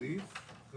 אחרי המילה 'בתקופה'